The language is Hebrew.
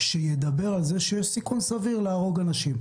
שידבר על זה שיש סיכון סביר להרוג אנשים.